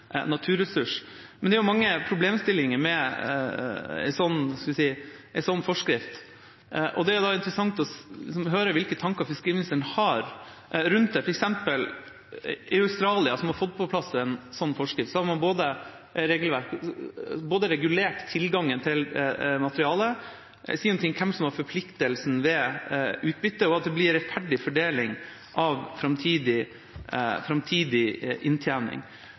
naturressurs. Det er mange problemstillinger med en sånn forskrift, og det er da interessant å høre hvilke tanker fiskeriministeren har rundt det. For eksempel har man i Australia, som har fått på plass en sånn forskrift, både regulert tilgangen til materialet og sagt noe om hvem som har forpliktelsen ved utbytte, slik at det blir en rettferdig fordeling av framtidig inntjening.